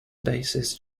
basis